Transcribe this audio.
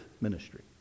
ministry